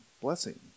blessing